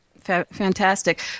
Fantastic